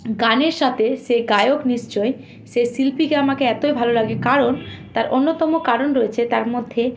গানের সাতে সে গায়ক নিশ্চয় সে শিল্পীকে আমাকে এতই ভালো লাগে কারণ তার অন্যতম কারণ রয়েছে তার মধ্যে